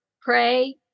pray